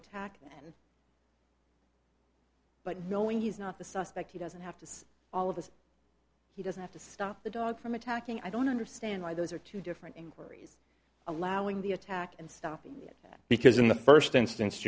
attack but knowing he's not the suspect he doesn't have to see all of this he doesn't have to stop the dog from attacking i don't understand why those are two different inquiries allowing the attack and stopping it because in the first instanc